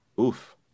Oof